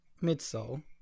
midsole